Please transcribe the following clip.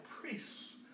priests